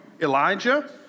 Elijah